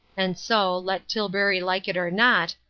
and so, let tilbury like it or not,